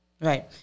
Right